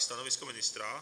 Stanovisko ministra?